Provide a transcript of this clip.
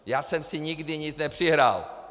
Já jsem si nikdy nic nepřihrál!